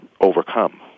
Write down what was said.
overcome